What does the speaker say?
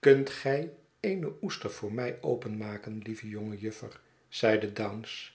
kunt gij eene oester voor mij openmaken lieve jonge juffer zeide dounce